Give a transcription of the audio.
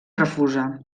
refusa